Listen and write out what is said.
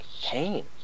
pain